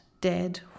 dead